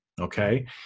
Okay